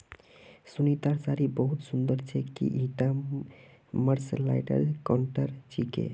सुनीतार साड़ी बहुत सुंदर छेक, की ईटा मर्सराइज्ड कॉटनेर छिके